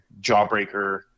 Jawbreaker